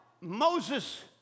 Moses